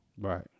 Right